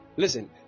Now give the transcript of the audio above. Listen